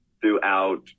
throughout